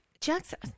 Jackson